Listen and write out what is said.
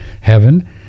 heaven